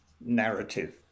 narrative